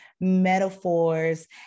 metaphors